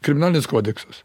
kriminalinis kodeksas